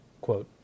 Quote